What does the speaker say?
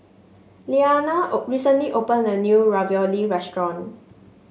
Liliana recently opened a new Ravioli restaurant